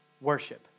worship